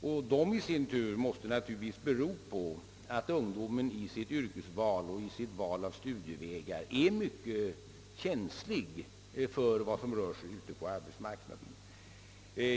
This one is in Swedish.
Och dessa i sin tur måste naturligtvis bero på att ungdomen i sitt yrkesval och i sitt val av studievägar är mycket känslig för vad som rör sig ute på arbetsmarknaden.